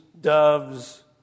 doves